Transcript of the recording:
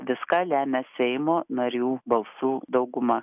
viską lemia seimo narių balsų dauguma